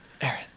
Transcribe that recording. Aaron